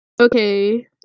Okay